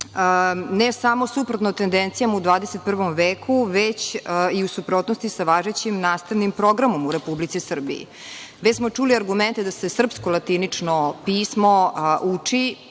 ne samo suprotan tendencijama u 21. veku, već i u suprotnosti sa važećim nastavnim programom u Republici Srbiji. Već smo čuli argumente da se srpsko latinično pismo uči